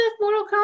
Mortal